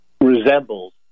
resembles